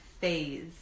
phase